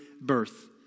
birth